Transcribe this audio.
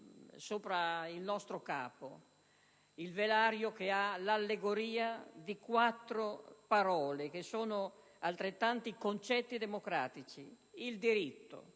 il diritto,